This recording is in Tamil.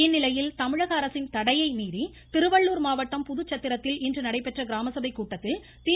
இந்நிலையில் தமிழக அரசின் தடையை மீறி திருவள்ளூர் மாவட்டம் புதுச்சத்திரத்தில் இன்று நடைபெற்ற கிராம சபை கூட்டத்தில் தி